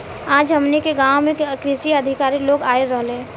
आज हमनी के गाँव में कृषि अधिकारी लोग आइल रहले